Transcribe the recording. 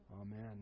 Amen